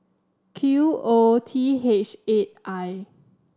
Q O T H eight I